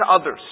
others